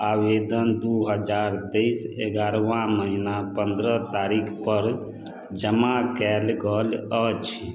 आवेदन दू हजार तेइस एगारहवाँ महीना पन्द्रह तारीखपर जमा कयल गेल अछि